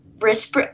wrist